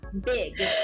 Big